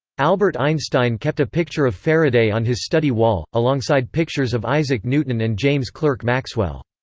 albert einstein kept a picture of faraday on his study wall, alongside pictures of isaac newton and james clerk maxwell.